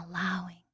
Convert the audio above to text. allowing